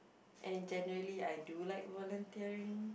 and generally I do like volunteering